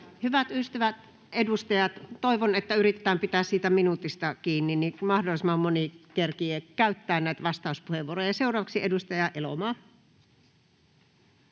Hyvät ystävät, edustajat, toivon, että yritetään pitää siitä minuutista kiinni, niin että mahdollisimman moni kerkiää käyttää näitä vastauspuheenvuoroja. — Ja seuraavaksi edustaja Elomaa.